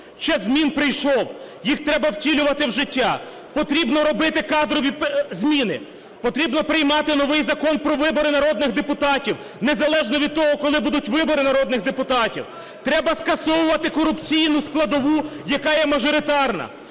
Час змін прийшов, їх треба втілювати в життя, потрібно робити кадрові зміни. Потрібно приймати новий закон про вибори народних депутатів, незалежно від того, коли будуть вибори народних депутатів. Треба скасовувати корупційну складову, яка є мажоритарна.